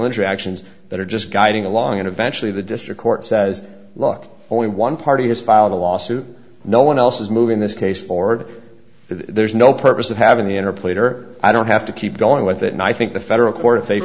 interactions that are just guiding along and eventually the district court says a lot only one party has filed a lawsuit no one else is moving this case forward there's no purpose of having the inner plate or i don't have to keep going with that and i think the federal court if they